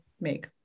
make